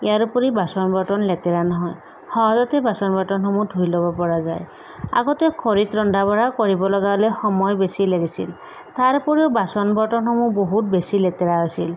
ইয়াৰোপৰি বাচন বৰ্তন লেতেৰা নহয় সহজতে বাচন বৰ্তনসমূহ ধুই ল'ব পৰা যায় আগতে খৰিত ৰন্ধা বঢ়া কৰিব লগা হ'লে সময় বেছি লাগিছিল তাৰ উপৰিও বাচন বৰ্তনসমূহ বহুত বেছি লেতেৰা হৈছিল